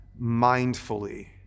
mindfully